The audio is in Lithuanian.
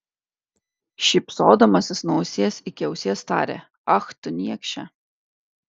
šypsodamasis nuo ausies iki ausies tarė ach tu niekše